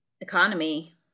economy